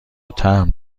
تمبر